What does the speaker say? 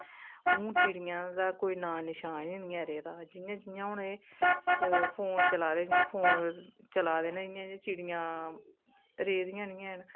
हून चिड़ियां दा कोई नांऽ निशान ही नेईं रेह्दा जियां जियां हून एह् फोन चला दे जियां फोन चला दे न इ'यां इ'यां चिड़ियां रेह्दियां नेईं हैन